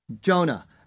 Jonah